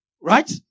Right